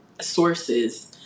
sources